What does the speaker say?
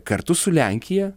kartu su lenkija